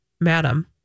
madam